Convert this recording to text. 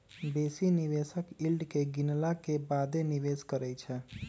बेशी निवेशक यील्ड के गिनला के बादे निवेश करइ छै